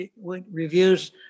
reviews